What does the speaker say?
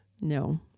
No